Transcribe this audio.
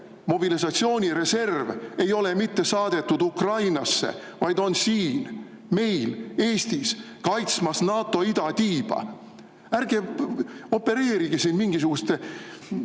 mobilisatsioonireserv ei oleks mitte saadetud Ukrainasse, vaid oleks siin, meil Eestis kaitsmas NATO idatiiba. Ärge opereerige siin mingisuguste